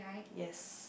yes